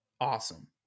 awesome